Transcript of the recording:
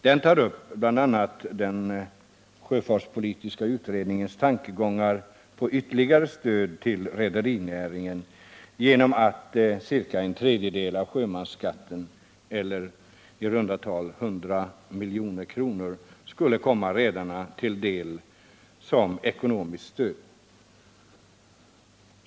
Den tar bl.a. upp den sjöfartspolitiska utredningens tankegångar om ytterligare stöd till rederinäringen genom att ca en tredjedel av sjömansskatten eller i runt tal 100 milj.kr. skulle komma rederierna till del som ekonomiskt stöd.